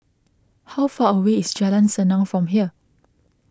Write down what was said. how far away is Jalan Senang from here